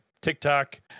TikTok